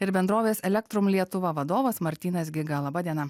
ir bendrovės elektrum lietuva vadovas martynas giga laba diena